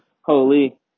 holy